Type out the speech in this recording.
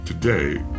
Today